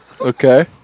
Okay